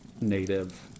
native